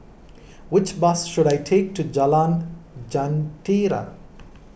which bus should I take to Jalan Jentera